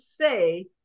say